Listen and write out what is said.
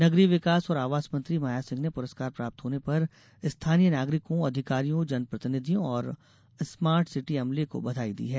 नगरीय विकास और आवास मंत्री माया सिंह ने पुरस्कार प्राप्त होने पर स्थानीय नागरिकों अधिकारियों जनप्रतिनिधियों और स्मार्ट सिटी अमले को बधाई दी है